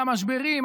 על המשברים,